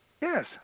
Yes